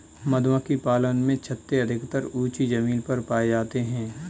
मधुमक्खी पालन में छत्ते अधिकतर ऊँची जमीन पर पाए जाते हैं